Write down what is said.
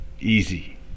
easy